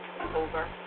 over